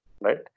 right